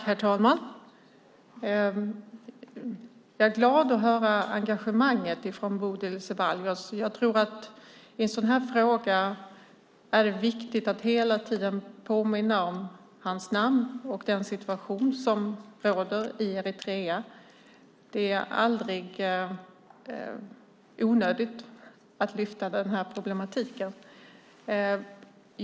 Herr talman! Det gläder mig att höra om engagemanget från Bodil Ceballos. Jag tror att det i en sådan här fråga är viktigt att hela tiden påminna om Dawit Isaac och om den situation som råder i Eritrea. Det är aldrig onödigt att lyfta fram den problematiken.